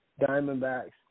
Diamondbacks